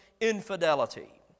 infidelity